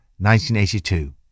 1982